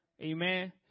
Amen